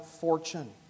fortune